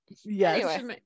Yes